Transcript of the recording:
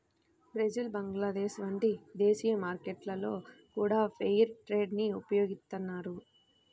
Brazil Bangladesh వంటి దేశీయ మార్కెట్లలో గూడా ఫెయిర్ ట్రేడ్ ని ఉపయోగిత్తన్నారు